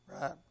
right